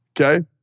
Okay